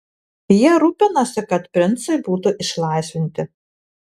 jie rūpinasi kad princai būtų išlaisvinti